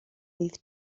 bydd